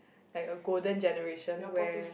like a golden generation where